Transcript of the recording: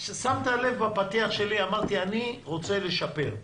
אם שמת לב, בפתיח שלי אמרתי שאני רוצה לשפר.